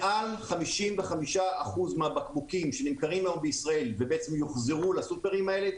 מעל 55% מהבקבוקים שנמכרים היום בישראל ובעצם יוחזרו לסופרים האלה,